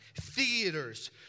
theaters